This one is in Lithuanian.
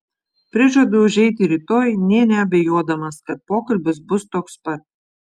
prižadu užeiti rytoj nė neabejodamas kad pokalbis bus toks pat